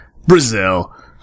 brazil